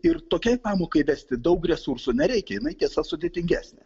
ir tokiai pamokai vesti daug resursų nereikia jinai tiesa sudėtingesnė